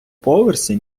поверсі